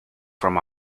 from